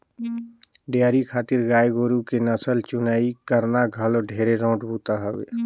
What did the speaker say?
dairy खातिर गाय गोरु के नसल चुनई करना घलो ढेरे रोंट बूता हवे